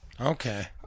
Okay